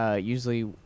usually